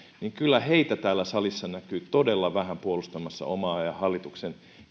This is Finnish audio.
että kyllä heitä täällä salissa näkyy todella vähän puolustamassa omaa ja hallituksen